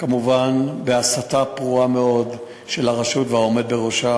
כמובן בהסתה פרועה מאוד של הרשות והעומד בראשה,